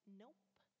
nope